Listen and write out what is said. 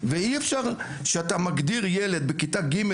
ואי אפשר שאתה מגדיר ילד בכיתה ג',